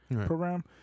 program